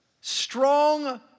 strong